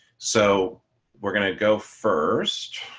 so we're going to go first.